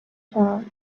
chance